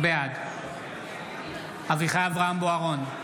בעד אביחי אברהם בוארון,